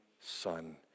Son